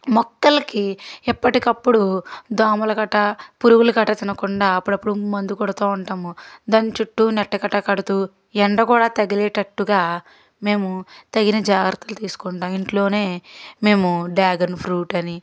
మొక్కలకి ఎప్పటికప్పుడు దోమలు గట్రా పురుగులు గట్రా తినకుండా అప్పుడప్పుడు మందు కొడుతూ ఉంటాము దాని చుట్టూ నెట్టు గట్రా కడుతూ ఎండ కూడా తగిలేటట్టుగా మేము తగిన జాగ్రత్తలు తీసుకుంటూ ఇంట్లోనే మేము డ్రాగన్ ఫ్రూట్ అని